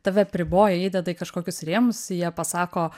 tave apriboja įdeda į kažkokius rėmus jie pasako